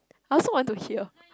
I also want to hear